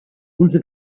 uns